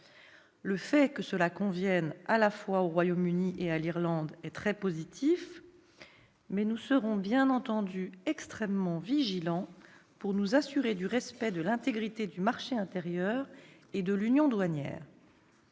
Le fait que cela convienne à la fois au Royaume-Uni et à l'Irlande est très positif, mais nous serons bien entendu extrêmement vigilants pour nous assurer du respect de l'intégrité du marché intérieur et de l'union douanière.